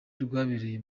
rwabereye